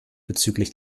bezüglich